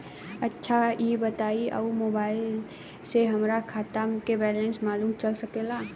अच्छा ई बताईं और मोबाइल से हमार खाता के बइलेंस मालूम चल सकेला?